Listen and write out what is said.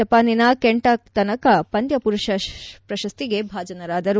ಜಪಾನಿನ ಕೆಂಟ ತನಕ ಪಂದ್ದ ಪುರುಷ ಪ್ರಶಸ್ತಿಗೆ ಭಾಜನರಾದರು